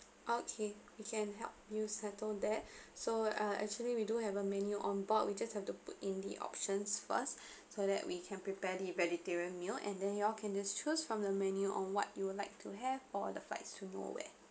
okay we can help you settle that so uh actually we do have a menu on board we just have to put in the options first so that we can prepare the vegetarian meal and then you all can just choose from the menu on what you would like to have on the flights to nowhere